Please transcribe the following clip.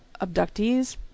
abductees